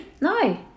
No